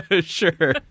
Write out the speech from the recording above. Sure